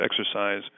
exercise